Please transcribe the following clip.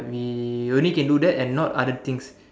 we only can do that and not other things